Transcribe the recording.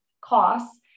costs